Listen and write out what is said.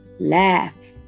Laugh